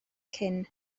cyn